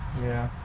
yeah,